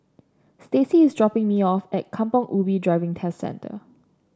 Staci is dropping me off at Kampong Ubi Driving Test Centre